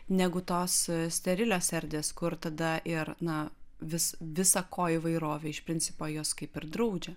negu tos sterilios erdvės kur tada ir na vis visa ko įvairovė iš principo jos kaip ir draudžia